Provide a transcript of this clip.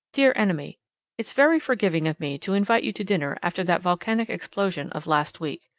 dear enemy it's very forgiving of me to invite you to dinner after that volcanic explosion of last week.